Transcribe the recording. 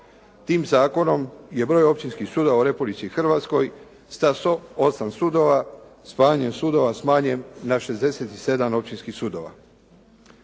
Tim zakonom je broj općinskih sudova u Republici Hrvatskoj stasao, 8 sudova, spajanjem sudova smanjen na 67 općinskih sudova.